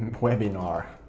webinar.